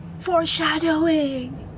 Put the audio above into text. Foreshadowing